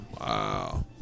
Wow